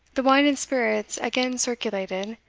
the wine and spirits again circulated,